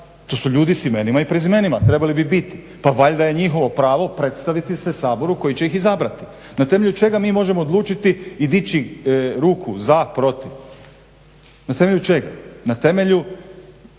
To su ljudi s imenima i prezimenima, trebali bi biti. Pa valjda je njihovo pravo predstaviti se Saboru koji će ih izabrati. Na temelju čega mi možemo odlučiti i dići ruku za, protiv na temelju čega? Na temelju